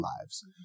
lives